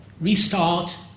restart